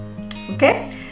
okay